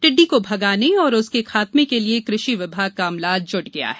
टिड्डी को भगाने एवं उसके खात्में के लिए कृषि विभाग का अमला जूट गया है